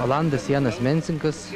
olandas janas mensinkas